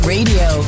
Radio